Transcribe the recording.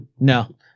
No